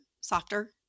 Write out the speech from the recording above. softer